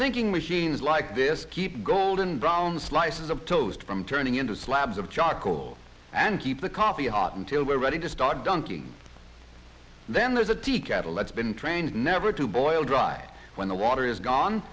thinking machines like this keep golden brown slices of toast from turning into slabs of charcoal and keep the coffee hot until they're ready to start dunking then there's a tea kettle that's been trained never to boil dry when the water is gone